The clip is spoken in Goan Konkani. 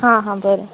हां हां बरें